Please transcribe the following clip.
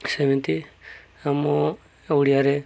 ସେମିତି ଆମ ଓଡ଼ିଆରେ